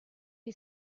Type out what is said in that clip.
you